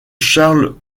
charles